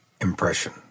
impression